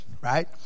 right